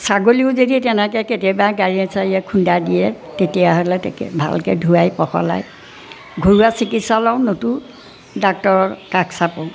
ছাগলীও যদি তেনেকৈ কেতিয়াবা গাড়ীয়ে চাৰিয়ে খুন্দা দিয়ে তেতিয়াহ'লে তাক এই ভালকৈ ধুৱাই পখলাই ঘৰুৱা চিকিৎসা লওঁ নতু ডাক্তৰ কাষ চাপোঁ